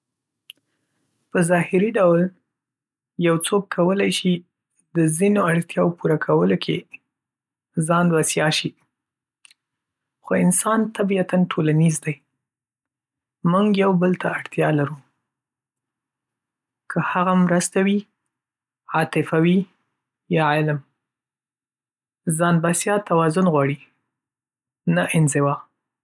په ظاهري ډول، یو څوک کولی شي د ځینو اړتیاوو پوره کولو کې ځان بسیا شي، خو انسان طبیعتاً ټولنیز دی. موږ یو بل ته اړتیا لرو — که هغه مرسته وي، عاطفه وي، یا علم. ځان‌بسیا توازن غواړي، نه انزوا.